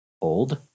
old